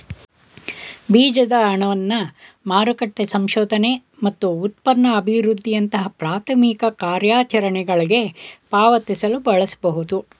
ಬೀಜದ ಹಣವನ್ನ ಮಾರುಕಟ್ಟೆ ಸಂಶೋಧನೆ ಮತ್ತು ಉತ್ಪನ್ನ ಅಭಿವೃದ್ಧಿಯಂತಹ ಪ್ರಾಥಮಿಕ ಕಾರ್ಯಾಚರಣೆಗಳ್ಗೆ ಪಾವತಿಸಲು ಬಳಸಬಹುದು